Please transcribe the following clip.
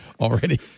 already